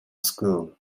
school